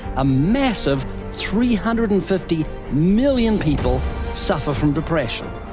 a massive three hundred and fifty million people suffer from depression.